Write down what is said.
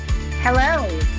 Hello